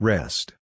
Rest